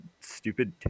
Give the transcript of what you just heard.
stupid